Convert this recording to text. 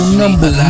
number